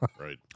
Right